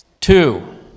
Two